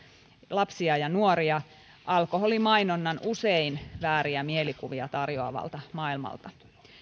lapsia ja nuoria alkoholimainonnan usein vääriä mielikuvia tarjoavalta maailmalta